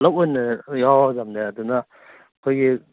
ꯄꯨꯂꯞ ꯑꯣꯏꯅ ꯌꯥꯎꯔꯗꯕꯅꯦ ꯑꯗꯨꯅ ꯑꯩꯈꯣꯏꯒꯤ